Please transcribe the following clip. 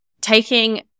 taking